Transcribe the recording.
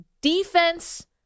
defense